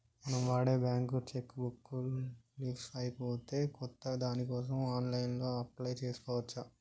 మనం వాడే bank cheque book leafs అయిపోతే కొత్త దానికోసం ఆన్లైన్లో అప్లై చేసుకోవచ్చు